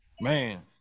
Man